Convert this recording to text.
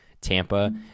Tampa